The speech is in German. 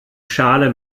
schale